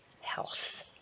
health